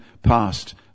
Past